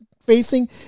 facing